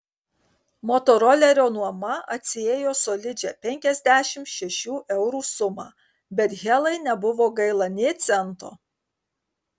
motorolerio nuoma atsiėjo solidžią penkiasdešimt šešių eurų sumą bet helai nebuvo gaila nė cento